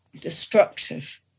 destructive